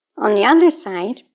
on the other side,